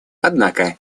однако